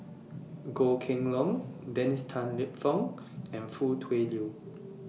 Goh Kheng Long Dennis Tan Lip Fong and Foo Tui Liew